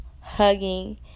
hugging